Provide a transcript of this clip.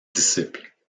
disciples